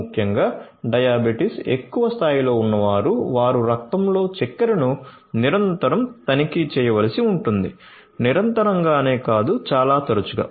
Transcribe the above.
ముఖ్యంగా డయాబెటిస్ ఎక్కువ స్థాయిలో ఉన్నవారు వారు రక్తంలో చక్కెరను నిరంతరం తనిఖీ చేయవలసి ఉంటుంది నిరంతరంగానే కాదు చాలా తరచుగా